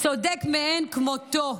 צודק מאין כמותו.